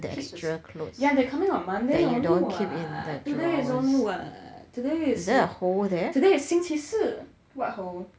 keep the sweat~ yeah they're coming on monday only [what] today is only what today is today is 星期四 what hole